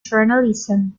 journalism